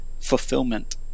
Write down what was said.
fulfillment